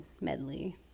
medley